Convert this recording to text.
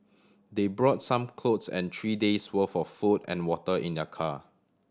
they brought some clothes and three days' worth of food and water in their car